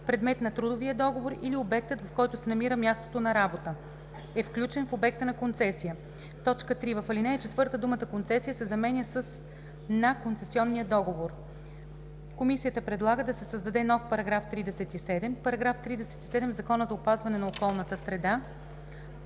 предмет на трудовия договор, или обектът, в който се намира мястото на работа, е включен в обекта на концесията.“ 3. В ал. 4 думата „концесия“ се заменя с „на концесионния договор“.“ Комисията предлага да се създаде нов § 37: „§ 37. В Закона за опазване на околната среда